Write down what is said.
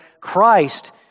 Christ